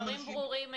הדברים ברורים,